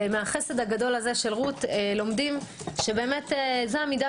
ומהחסד הגדול של רות לומדים שזה המידה